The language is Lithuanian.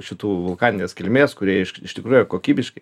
šitų vulkaninės kilmės kurie iš iš tikrųjų yra kokybiški